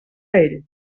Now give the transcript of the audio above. ell